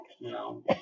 No